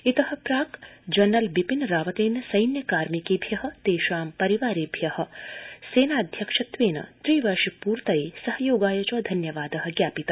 इत प्राक् जनरल बिपिन रावतेन सैन्य कार्मिकेभ्य तेषां परिवारेभ्य सेनाध्यक्षत्वेन त्रि वर्ष पूर्त्तये सहयोगाय च धन्यवाद ज्ञापित